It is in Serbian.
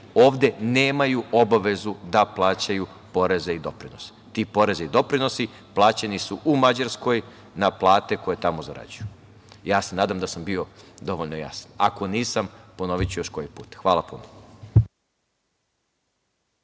ovde nemaju obavezu da plaćaju poreze i doprinose. Ti porezi i doprinosi plaćeni su Mađarskoj na plate koje tamo zarađuju. Nadam se da sam bio dovoljno jasan. Ako nisam, ponoviću još koji put. Hvala.